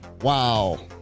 wow